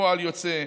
וכפועל יוצא,